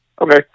Okay